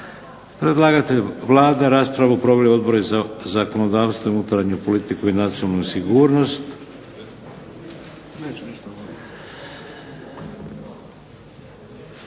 Predlagatelj Vlada. Raspravu proveli Odbori za zakonodavstvo i unutarnju politiku i nacionalnu sigurnost.